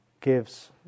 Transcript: gives